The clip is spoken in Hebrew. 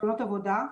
עבודה.